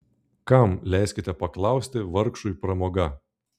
kam leiskite paklausti vargšui pramoga